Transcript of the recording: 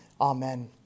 Amen